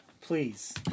please